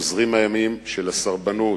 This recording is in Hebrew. חוזרים הימים של הסרבנות,